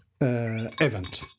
event